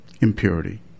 Impurity